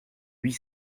huit